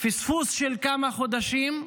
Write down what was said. פספוס של כמה חודשים,